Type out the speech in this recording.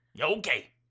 Okay